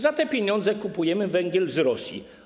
Za te pieniądze kupujemy węgiel z Rosji.